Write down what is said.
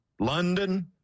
London